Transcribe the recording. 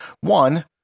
One